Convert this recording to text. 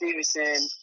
Stevenson